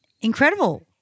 Incredible